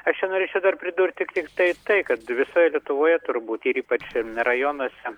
aš čia norėčiau dar pridurti tiktai tai kad visoje lietuvoje turbūt ir ypač rajonuose